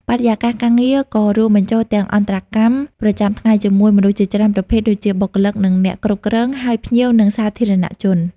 បរិយាកាសការងារក៏រួមបញ្ចូលទាំងអន្តរកម្មប្រចាំថ្ងៃជាមួយមនុស្សជាច្រើនប្រភេទដូចជា បុគ្គលិក និងអ្នកគ្រប់គ្រង ហើយភ្ញៀវ និងសាធារណជន។